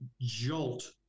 jolt